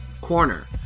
corner